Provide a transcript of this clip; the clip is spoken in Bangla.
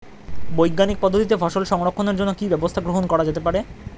বৈজ্ঞানিক পদ্ধতিতে ফসল সংরক্ষণের জন্য কি ব্যবস্থা গ্রহণ করা যেতে পারে?